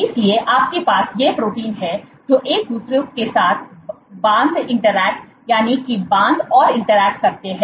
इसलिए आपके पास ये प्रोटीन हैं जो एक दूसरे के साथ बांध इंटरेक्ट यानी कि बांध और इंटरेक्ट करते हैं